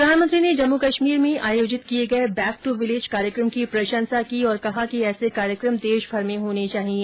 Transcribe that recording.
प्रधानमंत्री ने जम्मू कश्मीर में आयोजित किए गए बैक दू विलेज कार्यक्रम की प्रशंसा की और कहा कि ऐसे कार्यक्रम देशभर में होने चाहिए